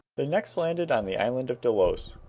they next landed on the island of delos,